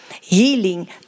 Healing